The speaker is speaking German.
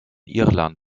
irland